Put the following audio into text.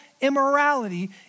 immorality